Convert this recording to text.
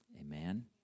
Amen